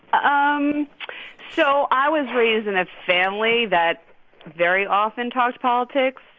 um so i was raised in a family that very often talked politics.